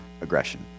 aggression